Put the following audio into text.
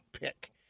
pick